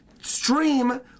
stream